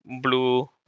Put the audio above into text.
blue